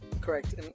Correct